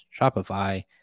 Shopify